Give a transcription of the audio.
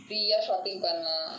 free shopping பண்ணலாம்:pannalaam